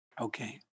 Okay